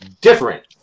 different